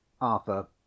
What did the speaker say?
Arthur